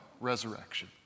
resurrection